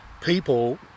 people